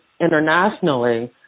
internationally